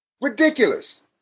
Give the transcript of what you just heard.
Ridiculous